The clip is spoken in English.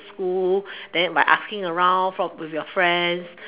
school then by asking around from with your friends